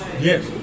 Yes